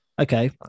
Okay